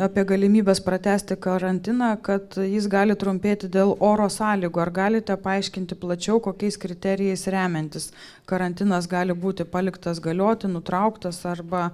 apie galimybes pratęsti karantiną kad jis gali trumpėti dėl oro sąlygų ar galite paaiškinti plačiau kokiais kriterijais remiantis karantinas gali būti paliktas galioti nutrauktas arba